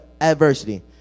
adversity